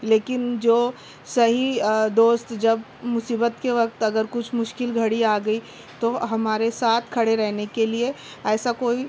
لیکن جو صحیح دوست جب مصیبت کے وقت اگر کچھ مشکل گھڑی آ گئی تو ہمارے ساتھ کھڑے رہنے کے لیے ایسا کوئی